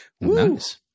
Nice